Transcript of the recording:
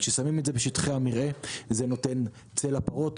הפוטו-וולטאית: כששמים את זה בשטחי המרעה זה נותן צל לפרות;